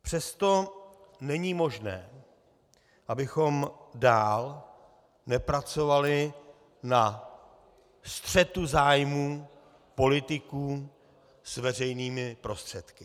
Přesto není možné, abychom dál nepracovali na střetu zájmů politiků s veřejnými prostředky.